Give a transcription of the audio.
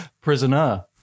Prisoner